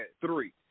Three